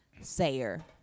sayer